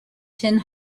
tin